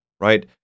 right